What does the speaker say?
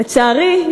לצערי,